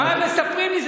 מה הם מספרים לי?